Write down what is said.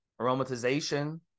aromatization